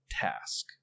task